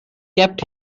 kept